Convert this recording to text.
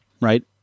right